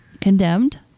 condemned